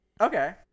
Okay